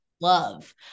love